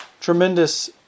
tremendous